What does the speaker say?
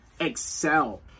excel